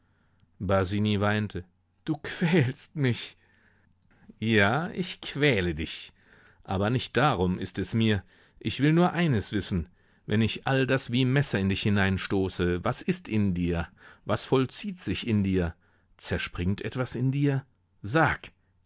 weinte du quälst mich ja ich quäle dich aber nicht darum ist es mir ich will nur eines wissen wenn ich all das wie messer in dich hineinstoße was ist in dir was vollzieht sich in dir zerspringt etwas in dir sag